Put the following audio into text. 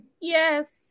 Yes